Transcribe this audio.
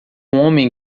homem